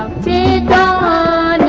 da